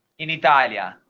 indeed idea